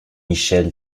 michel